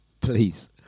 please